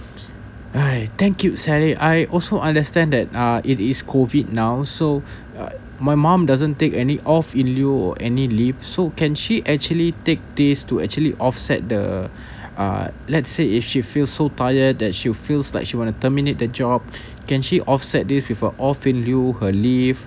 hi thank you sally I also understand that uh it is COVID now so uh my mom doesn't take any off in lieu or any leave so can she actually take these to actually offset the uh let's say if she feel so tired that she'll feels like she want to terminate the job can she offset this with a off in lieu her leave